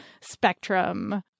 spectrum